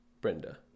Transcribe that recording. Brenda